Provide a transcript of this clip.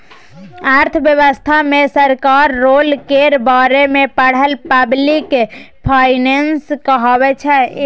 अर्थव्यवस्था मे सरकारक रोल केर बारे मे पढ़ब पब्लिक फाइनेंस कहाबै छै